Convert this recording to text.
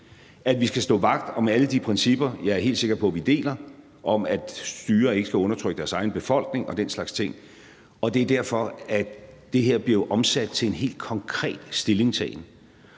at vi skal stå vagt om alle de principper, jeg er helt sikker på vi deler, om, at et styre ikke skal undertrykke dets egen befolkning og den slags ting, og det er derfor, at det her jo bliver omsat til en helt konkret stillingtagen.